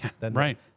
Right